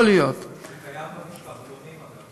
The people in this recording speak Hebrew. זה קיים במשפחתונים, אגב.